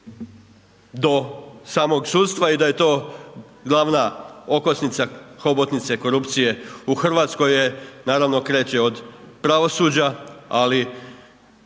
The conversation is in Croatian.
do samog sudstva i da je to glavna okosnica hobotnice korupcije, u Hrvatskoj je, naravno kreće od pravosuđa ali